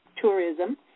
tourism